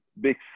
big